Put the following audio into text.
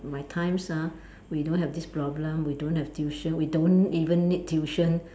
my times ah we don't have this problem we don't have tuition we don't even need tuition